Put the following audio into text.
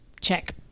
check